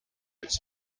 its